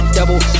Double